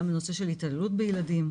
גם בנושא של התעללות בילדים.